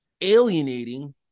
alienating